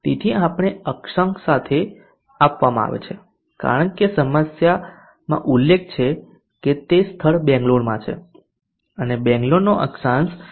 તેથી આપણને અક્ષાંશ સાથે આપવામાં આવે છે કારણ કે સમસ્યામાં ઉલ્લેખ છે કે તે સ્થળ બેંગ્લોરમાં છે અને બેંગ્લોરનો અક્ષાંશ 12